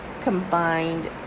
combined